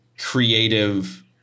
creative